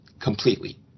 completely